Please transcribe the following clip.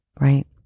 right